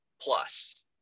plus